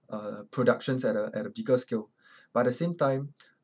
uh productions at the at a bigger scale but the same time